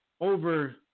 over